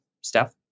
Steph